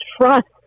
trust